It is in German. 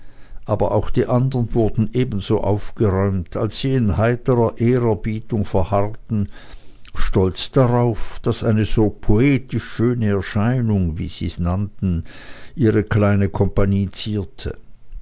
aber auch die andern wurden ebenso aufgeräumt als sie in heiterer ehrerbietung verharrten stolz darauf daß eine so poetisch schöne erscheinung wie sie's nannten ihre kleine kompanie zierte